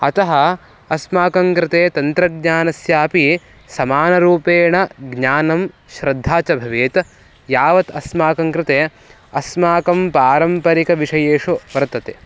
अतः अस्माकङ्कृते तन्त्रज्ञानस्यापि समानरूपेण ज्ञानं श्रद्धा च भवेत् यावत् अस्माकङ्कृते अस्माकं पारम्परिकविषयेषु वर्तते